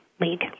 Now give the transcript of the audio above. league